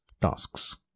tasks